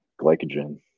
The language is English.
glycogen